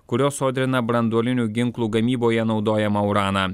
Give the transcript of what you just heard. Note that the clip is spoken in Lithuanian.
kurios sodrina branduolinių ginklų gamyboje naudojamą uraną